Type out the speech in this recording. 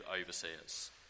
overseers